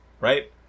Right